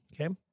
Okay